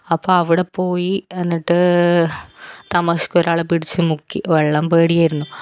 അപ്പോൾ അവിടെ പോയി എന്നിട്ട് തമാശക്ക് ഒരാൾ പിടിച്ച് മുക്കി വെള്ളം പേടി ആയിരുന്നു